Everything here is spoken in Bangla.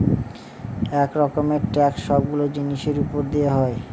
এক রকমের ট্যাক্স সবগুলো জিনিসের উপর দিতে হয়